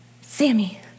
Sammy